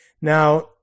Now